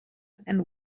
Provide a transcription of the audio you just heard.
and